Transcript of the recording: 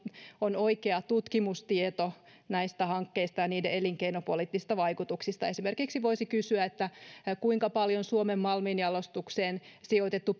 on oikea tutkimustieto näistä hankkeista ja niiden elinkeinopoliittisista vaikutuksista voisi kysyä esimerkiksi kuinka paljon suomen malminjalostukseen sijoitettu